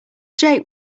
jake